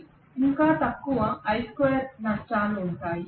ఇంకా తక్కువ నష్టాలు ఉంటాయి